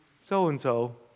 so-and-so